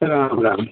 Ram Ram